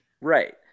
Right